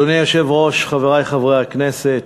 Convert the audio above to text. אדוני היושב-ראש, חברי חברי הכנסת,